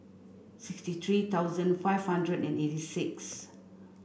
sixty three thousand five hundred and eighty six